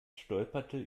stolperte